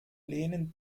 lehnen